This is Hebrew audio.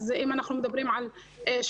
אז אם אנחנו מדברים על שיעור,